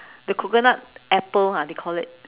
the coconut apple ha they call it